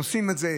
הם עושים את זה,